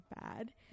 bad